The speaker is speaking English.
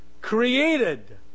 created